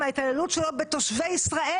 מההתעללות שלו בתושבי ישראל,